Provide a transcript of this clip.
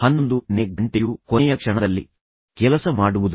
11 ನೇ ಗಂಟೆಯು ಕೊನೆಯ ಕ್ಷಣದಲ್ಲಿ ಕೆಲಸ ಮಾಡುವುದನ್ನು ಸೂಚಿಸುವ ಭಾಷಾವೈಶಿಷ್ಟ್ಯವಾಗಿದೆ